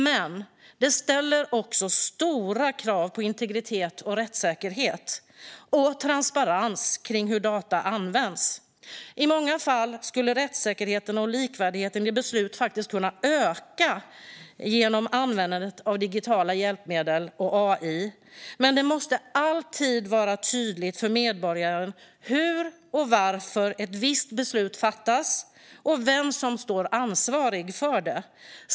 Men det ställer också stora krav på integritet, rättssäkerhet och transparens när det gäller hur data används. I många fall skulle rättssäkerheten och likvärdigheten i beslut faktiskt kunna öka genom användandet av digitala hjälpmedel och AI. Men det måste alltid vara tydligt för medborgaren hur och varför ett visst beslut fattas och vem som står som ansvarig för det.